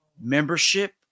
membership